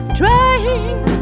trying